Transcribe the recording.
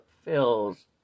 fills